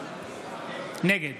נגד